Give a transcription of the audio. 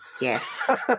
Yes